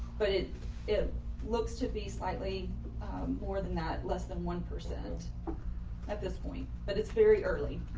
but it it looks to be slightly more than that less than one percent at this point, but it's very early.